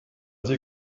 sie